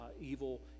evil